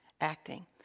acting